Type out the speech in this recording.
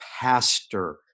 pastor